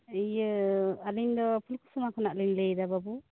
ᱤᱭᱟ ᱟᱹᱞᱤᱧᱫᱚ ᱯᱷᱩᱞᱠᱩᱥᱢᱟ ᱠᱷᱚᱱᱟᱜᱞᱤᱝ ᱞᱟ ᱭᱮᱫᱟ ᱵᱟᱹᱵᱩ